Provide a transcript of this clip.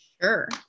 Sure